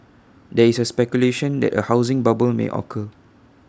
there is speculation that A housing bubble may occur